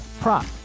prop